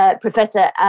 Professor